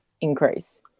increase